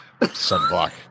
Sunblock